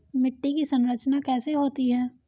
मिट्टी की संरचना कैसे होती है?